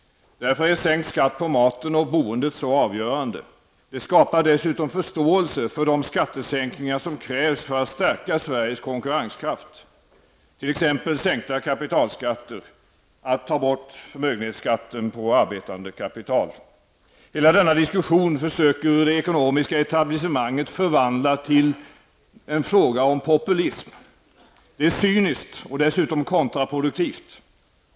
Därför är sänkt skatt på maten och boendet så avgörande. Det skapar dessutom förståelse för de skattesänkningar som krävs för att stärka Sveriges konkurrenskraft, t.ex. sänkta kapitalskatter, att ta bort förmögenhetsskatten på arbetande kapital. Hela denna diskussion försöker det ekonomiska etablissemanget förvandla till en fråga om populism. Det är cyniskt och dessutom kontraproduktivt.